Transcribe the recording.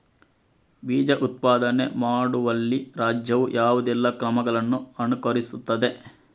ಬೀಜ ಉತ್ಪಾದನೆ ಮಾಡುವಲ್ಲಿ ರಾಜ್ಯವು ಯಾವುದೆಲ್ಲ ಕ್ರಮಗಳನ್ನು ಅನುಕರಿಸುತ್ತದೆ?